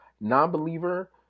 non-believer